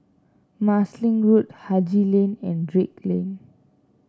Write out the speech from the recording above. Marsiling Road Haji Lane and Drake Lane